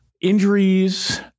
injuries